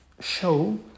show